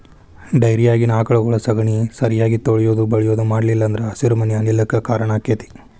ಡೈರಿಯಾಗಿನ ಆಕಳಗೊಳ ಸಗಣಿ ಸರಿಯಾಗಿ ತೊಳಿಯುದು ಬಳಿಯುದು ಮಾಡ್ಲಿಲ್ಲ ಅಂದ್ರ ಹಸಿರುಮನೆ ಅನಿಲ ಕ್ಕ್ ಕಾರಣ ಆಕ್ಕೆತಿ